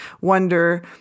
wonder